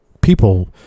people